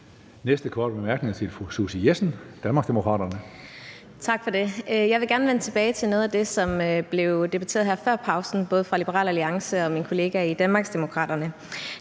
næste korte bemærkning er til fru Susie Jessen, Danmarksdemokraterne. Kl. 19:19 Susie Jessen (DD): Tak for det. Jeg vil gerne vende tilbage til noget af det, som blev debatteret her før pausen både af Liberal Alliance og min kollega i Danmarksdemokraterne.